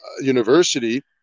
university